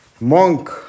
Monk